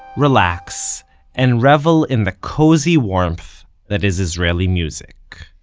relax and revel in the cozy warmth that is israeli music